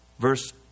Verse